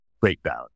breakdown